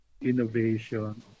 innovation